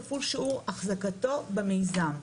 כפול שיעור אחזקתו במיזם.